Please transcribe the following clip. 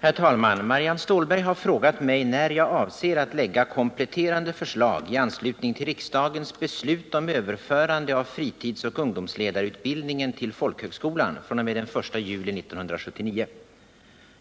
Herr talman! Marianne Stålberg har frågat mig när jag avser att lägga kompletterande förslag i anslutning till riksdagens beslut om överförande av fritidsoch ungdomsledarutbildningen till folkhögskolan fr.o.m. den 1 juli 1979.